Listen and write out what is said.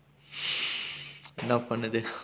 என்னா பண்ணுது:enna pannuthu